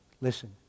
listen